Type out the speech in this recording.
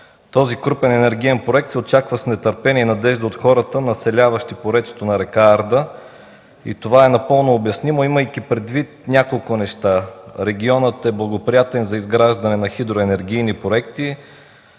Този крупен енергиен проект се очаква с нетърпение и надежда от хората, населяващи поречието на река Арда. Това е напълно обяснимо, имайки предвид няколко неща – регионът е благоприятен за изграждане на хидроенергийни проекти.